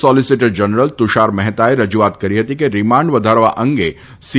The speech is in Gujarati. સોલીસીટર જનરલ તુષાર મહેતાએ રજુઆત કરી હતી કે રિમાન્ડ વધારવા અંગે સી